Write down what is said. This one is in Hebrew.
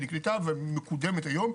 נקלטה ומקודמת היום,